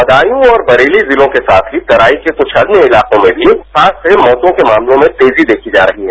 बदायूं और बरेली जिलों के साथ ही तराई के कृष्ठ अन्य इलाकों में भी बाढ़ से मौतों के मामलों में तेजी देखी जा रही है